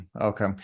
okay